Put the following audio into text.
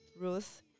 Ruth